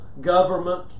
government